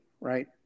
Right